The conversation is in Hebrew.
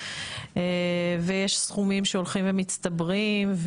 ויש סכומים שהולכים ומצטברים,